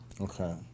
Okay